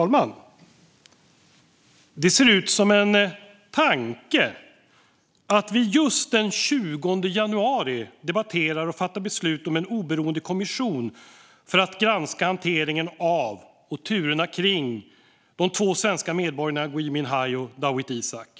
Fru talman! Det ser ut som en tanke att vi just den 20 januari debatterar och fattar beslut om en oberoende kommission för att granska hanteringen av och turerna kring de två svenska medborgarna Gui Minhai och Dawit Isaak.